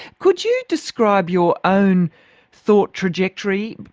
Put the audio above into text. could you describe your own thought trajectory?